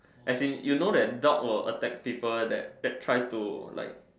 as in you know that dog will attack people that that try to like